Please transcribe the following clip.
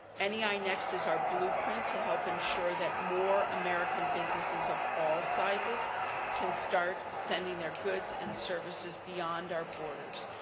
nei next is our blueprint to help ensure that more american businesses of all sizes can start sending their goods and services beyond our borders,